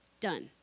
done